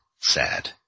sad